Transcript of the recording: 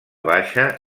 baixa